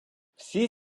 всі